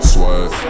Sweat